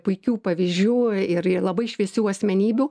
puikių pavyzdžių ir labai šviesių asmenybių